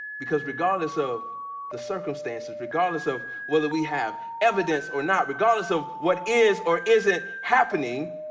because regardless of the circumstances, regardless of whether we have evidence or not. regardless of what is or isn't happening,